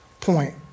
point